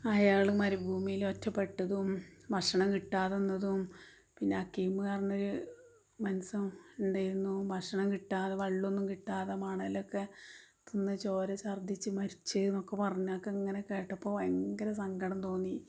അയാള് മരുഭൂമിയില് ഒറ്റപ്പട്ടതും ഭക്ഷണം കിട്ടാതിരുന്നതും പിന്ന ഹക്കീം എന്നു പറഞ്ഞൊരു മന്സന് ഉണ്ടായിരുന്നു ഭഷണം കിട്ടാതെ വെള്ളമൊന്നുങ്കിട്ടാതെ മണലൊക്കെ തിന്ന് ചോര ഛർദ്ദിച്ച് മരിച്ചെന്നൊക്കെ പറഞ്ഞൊക്കെ ഇങ്ങനെ കേട്ടപ്പോള് ഭയങ്കര സങ്കടം തോന്നി